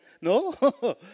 No